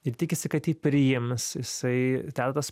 ir tikisi kad jį priims jisai deda tas